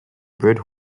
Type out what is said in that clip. bred